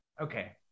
okay